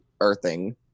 Earthing